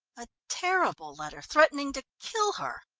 a terrible letter, threatening to kill her.